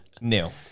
Nil